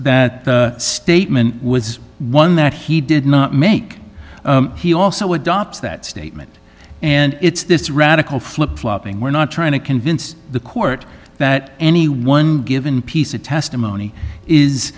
that statement was one that he did not make he also adopts that statement and it's this radical flip flopping we're not trying to convince the court that any one given piece of testimony is